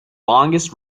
longest